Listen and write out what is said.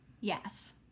Yes